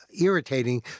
irritating